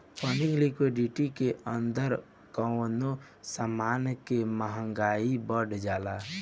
funding liquidity के अंदर कवनो समान के महंगाई बढ़ जाला